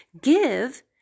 Give